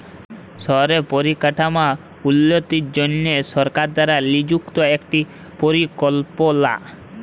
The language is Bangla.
শহরে পরিকাঠাম উল্যতির জনহে সরকার দ্বারা লিযুক্ত একটি পরিকল্পলা